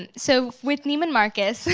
and so with niemann marcus